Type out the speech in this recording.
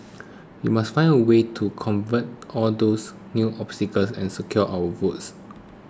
we must find a way to circumvent all these new obstacles and secure our votes